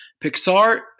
Pixar